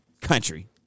country